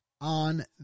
on